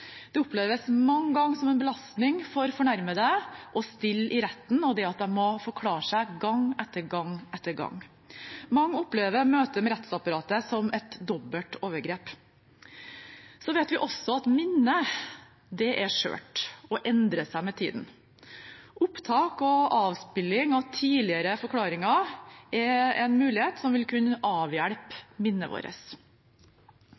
Det oppleves mange ganger som en belastning for fornærmede å stille i retten, og at de må forklare seg gang på gang. Mange opplever møtet med rettsapparatet som et dobbelt overgrep. Så vet vi også at minnet er skjørt og endrer seg med tiden. Opptak og avspilling av tidligere forklaringer er en mulighet som vil kunne avhjelpe